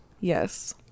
yes